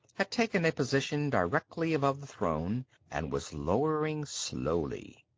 had taken a position directly above the throne and was lowering slowly.